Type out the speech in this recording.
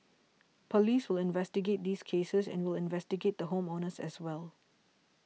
police will investigate these cases and we'll investigate the home owners as well